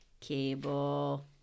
Cable